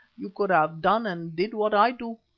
you could have done and did what i do.